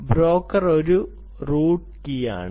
broker ഒരു root key ആണ്